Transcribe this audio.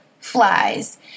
flies